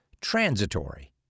transitory